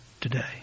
today